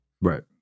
right